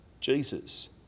Jesus